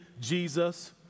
Jesus